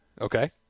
Okay